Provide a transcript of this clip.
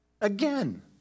again